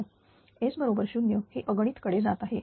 S बरोबर 0 हे अगणित कडे जात आहे